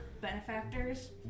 benefactors